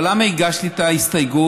אבל למה הגשתי את ההסתייגות?